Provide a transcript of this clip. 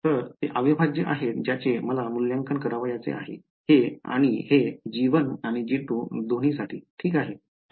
तर हे अविभाज्य आहेत ज्याचे मला मूल्यांकन करावयाचे आहे हे आणि हे g1 आणि g2 दोन्ही साठी ठीक आहे